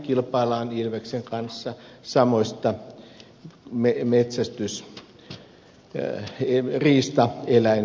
kilpaillaan ilveksen kanssa samoista riistaeläinkohteista